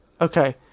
Okay